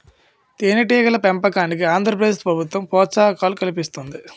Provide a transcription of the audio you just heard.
తేనెటీగల పెంపకానికి ఆంధ్ర ప్రదేశ్ ప్రభుత్వం ప్రోత్సాహకాలు కల్పిస్తుంది